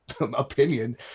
opinion